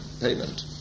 payment